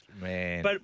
Man